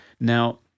Now